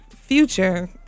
future